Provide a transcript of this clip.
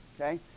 Okay